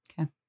Okay